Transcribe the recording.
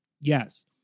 Yes